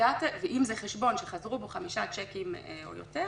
ואם זה חשבון שחזרו בו חמישה צ'קים או יותר,